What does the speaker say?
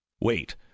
Wait